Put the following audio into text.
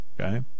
okay